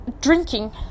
drinking